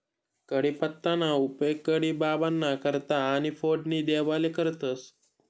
कढीपत्ताना उपेग कढी बाबांना करता आणि फोडणी देवाले करतंस